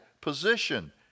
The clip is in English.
position